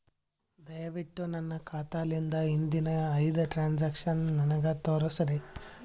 ದಯವಿಟ್ಟು ನನ್ನ ಖಾತಾಲಿಂದ ಹಿಂದಿನ ಐದ ಟ್ರಾಂಜಾಕ್ಷನ್ ನನಗ ತೋರಸ್ರಿ